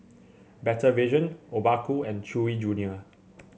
Better Vision Obaku and Chewy Junior